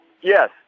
Yes